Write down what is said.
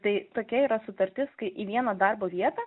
tai tokia yra sutartis kai į vieną darbo vietą